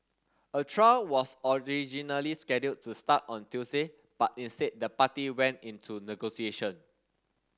a trial was originally scheduled to start on Tuesday but instead the party went into negotiation